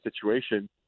situation